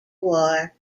war